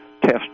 test